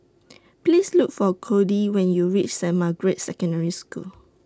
Please Look For Codey when YOU REACH Saint Margaret's Secondary School